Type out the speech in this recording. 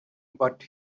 but